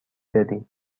داری